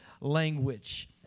language